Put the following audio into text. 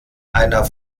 einer